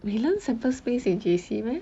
we learn sample space in J_C meh